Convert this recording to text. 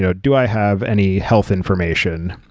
so do i have any health information?